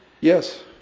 Yes